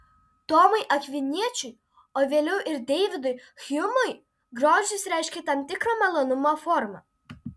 tomui akviniečiui o vėliau ir deividui hjumui grožis reiškė tam tikrą malonumo formą